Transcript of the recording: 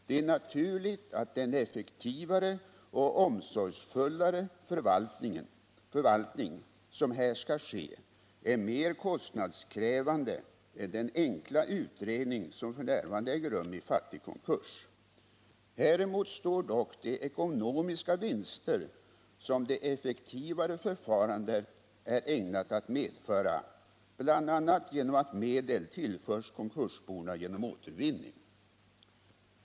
Det är naturligt att den effektivare och omsorgsfullare förvaltning som här skall ske är mer kostnadskrävande än den enkla utredning som f. n. äger rum i fattigkonkurs. Häremot står dock de ekonomiska vinster som det effektivare förfarandet är ägnat att medföra, bl.a. genom att medel tillförs konkursbona genom återvinning.